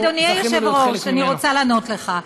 אדוני היושב-ראש, אני רוצה לענות לך.